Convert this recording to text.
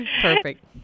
Perfect